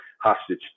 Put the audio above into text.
hostage